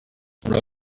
muri